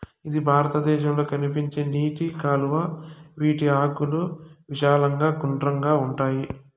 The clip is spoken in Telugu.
ఇది భారతదేశంలో కనిపించే నీటి కలువ, వీటి ఆకులు విశాలంగా గుండ్రంగా ఉంటాయి